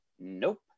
Nope